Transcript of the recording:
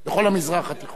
אדוני שר התקשורת.